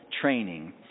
training